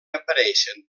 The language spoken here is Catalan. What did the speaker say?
apareixen